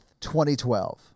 2012